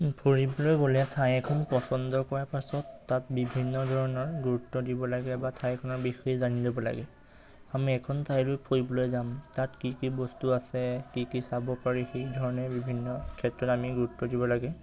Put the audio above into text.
ফুৰিবলৈ গ'লে ঠাই এখন পচন্দ কৰাৰ পাছত তাত বিভিন্ন ধৰণৰ গুৰুত্ব দিব লাগে বা ঠাইখনৰ বিষয়ে জানি ল'ব লাগে আমি এখন ঠাইলৈ ফুৰিবলৈ যাম তাত কি কি বস্তু আছে কি কি চাব পাৰি সেই ধৰণে বিভিন্ন ক্ষেত্ৰত আমি গুৰুত্ব দিব লাগে